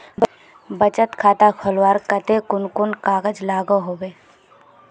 बचत खाता खोलवार केते कुन कुन कागज लागोहो होबे?